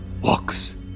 walks